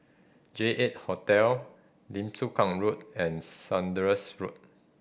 J Eight Hotel Lim Chu Kang Road and Saunders Road